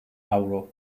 avro